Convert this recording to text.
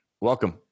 Welcome